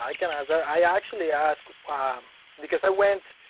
i can, as i i actually asked because i went